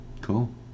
Cool